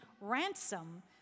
ransom